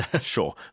sure